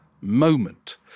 moment